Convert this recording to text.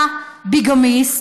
אתה ביגמיסט,